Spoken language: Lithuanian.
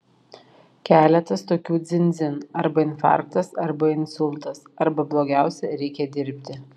keletas tokių dzin dzin arba infarktas arba insultas arba blogiausia reikia dirbti